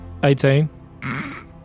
18